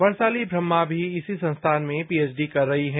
वर्षाती ब्रम्हा भी इसी संस्थान में पीएचडी कर रही हैं